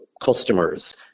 customers